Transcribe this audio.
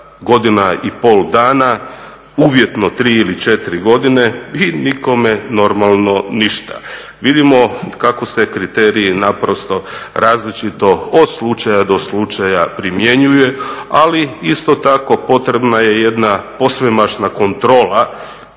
godina i pol dana, uvjetno 3 ili 4 godine i nikome, normalno, ništa. Vidimo kako se kriteriji naprosto različito od slučaja do slučaja primjenjuju, ali isto tako potrebna je jedna posvemašna kontrola,